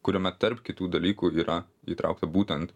kuriame tarp kitų dalykų yra įtraukta būtent